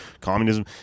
communism